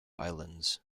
islands